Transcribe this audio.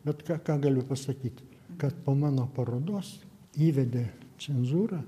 bet ką ką galiu pasakyt kad po mano parodos įvedė cenzūrą